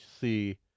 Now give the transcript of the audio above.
see